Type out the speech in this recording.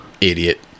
idiot